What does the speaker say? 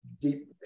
deep